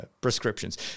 prescriptions